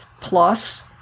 Plus